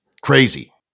Crazy